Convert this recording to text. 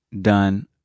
done